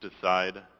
decide